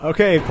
Okay